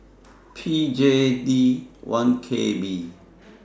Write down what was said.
P J D one K B